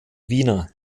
wiener